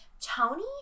Tony